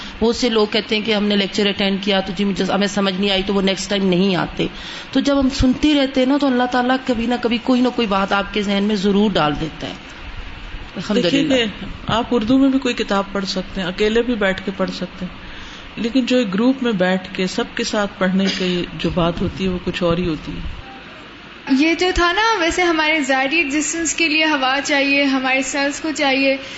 بہت سے لوگ کہتے ہیں کہ ہم نے لیکچر اٹینڈ کیا تو جی مجھے- ہمیں سمجھ نہیں آئی تو وہ next ٹائم نہیں آتے۔ تو جب ہم سنتے رہتے ہیں نا تو اللہ تعالیٰ کبھی نہ کبھی کوئی نہ کوئی بات آپ کے ذہن میں ضرور ڈال دیتا ہے۔ الحمدللہ۔ دیکھیے کہ آپ اردو میں بھی کوئی کتاب پڑھ سکتے ہیں، اکیلے بھی بیٹھ کے پڑھ سکتے ہیں۔ لیکن جو ایک گروپ میں بیٹھ کے سب کے ساتھ پڑھنے کی جو بات ہوتی ہے وہ کچھ اور ہی ہوتی ہے۔ یہ جو تھا نا، ویسے ہمارے ظاہری existence کے لیے ہوا چاہیے، ہمارے cells کو چاہیے۔